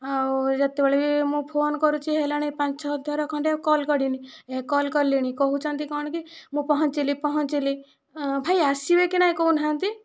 ଆଉ ଯେତେବେଳେ ବି ମୁଁ ଫୋନ କରୁଛି ହେଲାଣି ପାଞ୍ଚ ଛଅ ଥର ଖଣ୍ଡେ କଲ କଲେଣି ଏ କଲ କଲିଣି କହୁଛନ୍ତି କ'ଣ କି ମୁଁ ପହଁଞ୍ଚିଲି ପହଁଞ୍ଚିଲି ଭାଇ ଆସିବେ କି ନାଇଁ କହୁନାହାନ୍ତି